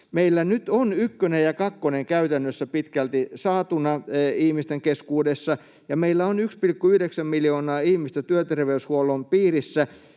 meillä nyt on ykkönen ja kakkonen käytännössä pitkälti saatuna ihmisten keskuudessa ja meillä on 1,9 miljoonaa ihmistä työterveyshuollon piirissä